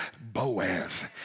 Boaz